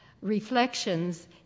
reflections